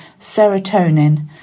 serotonin